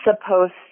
supposed